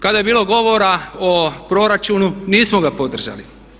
Kada je bilo govora o proračunu nismo ga podržali.